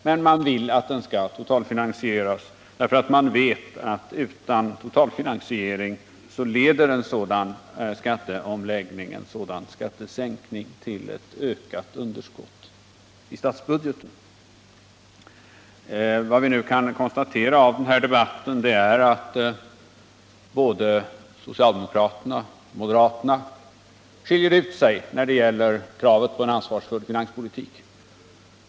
Men man vill att den skall totalfinansieras därför att man vet att utan en sådan totalfinansiering leder en skattesänkning till ett ökat underskott i statsbudgeten. Vad vi nu kan konstatera i den här debatten är att både socialdemokraterna och moderaterna skiljer ut sig när det gäller kravet på en ansvarsfull finanspolitik.